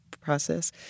process